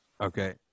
Okay